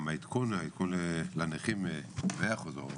גם העדכון לנכים, הוא בשורה.